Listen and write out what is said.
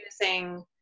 using